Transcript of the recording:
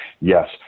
Yes